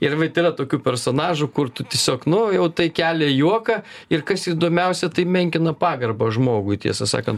ir vat yra tokių personažų kur tu tiesiog nu jau tai kelia juoką ir kas įdomiausia tai menkina pagarbą žmogui tiesą sakant